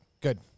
Good